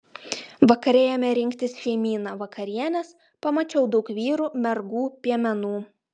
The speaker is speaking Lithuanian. vakare ėmė rinktis šeimyna vakarienės pamačiau daug vyrų mergų piemenų